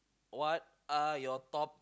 what are your top